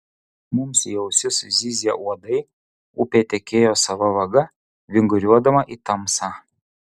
mums į ausis zyzė uodai upė tekėjo savo vaga vinguriuodama į tamsą